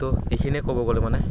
ত' এইখিনিয়ে ক'ব গ'লে মানে